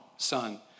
Son